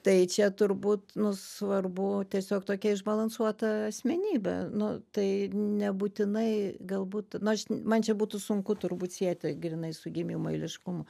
tai čia turbūt nu svarbu tiesiog tokia išbalansuota asmenybė nu tai nebūtinai galbūt nu aš man čia būtų sunku turbūt sieti grynai su gimimo eiliškumu